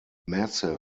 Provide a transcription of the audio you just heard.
massive